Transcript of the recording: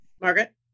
Margaret